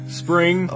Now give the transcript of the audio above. spring